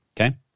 Okay